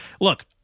Look